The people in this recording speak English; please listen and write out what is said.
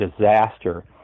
disaster